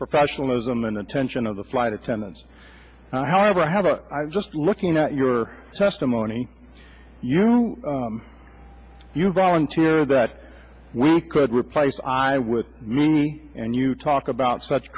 professionalism and attention of the flight attendants however i have a i'm just looking at your testimony you volunteered that we could replace i with me and you talk about such